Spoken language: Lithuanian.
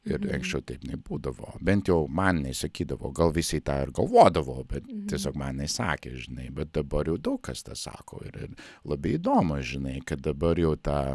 ir anksčiau taip nebūdavo bent jau man nesakydavo gal visi tą ir galvodavo bet tiesiog man nesakė žinai bet dabar jau daug kas sako ir ir labai įdomu žinai kad dabar jau tą